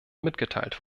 mitgeteilt